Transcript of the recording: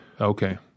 okay